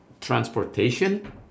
transportation